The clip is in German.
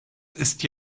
ist